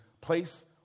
place